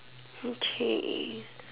okay